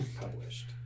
published